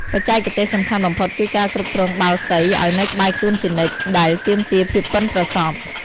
បច្ចេកទេសសំខាន់បំផុតគឺការគ្រប់គ្រងបាល់សីឱ្យនៅក្បែរខ្លួនជានិច្ច ដែលទាមទារភាពប៉ិនប្រសប់។